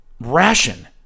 ration